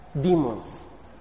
demons